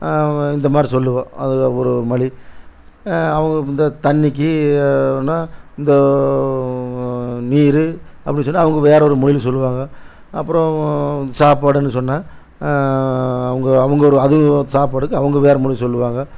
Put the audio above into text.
இந்த மாதிரி சொல்லுவோம் அது ஒரு மொழி அவங்க இந்த தண்ணிக்கி என்ன இந்த நீர் அப்படின்னு சொன்னா அவங்க வேறு ஒரு மொழியில் சொல்லுவாங்க அப்புறோம் சாப்பாடுன்னு சொன்னா அவங்க அவங்க ஒரு அது ஒரு சாப்பாட்டுக்கு அவங்க வேறு ஒரு மொழி சொல்லுவாங்க